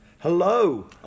Hello